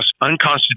unconstitutional